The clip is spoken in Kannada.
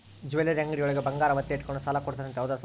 ಜ್ಯುವೆಲರಿ ಅಂಗಡಿಯೊಳಗ ಬಂಗಾರ ಒತ್ತೆ ಇಟ್ಕೊಂಡು ಸಾಲ ಕೊಡ್ತಾರಂತೆ ಹೌದಾ ಸರ್?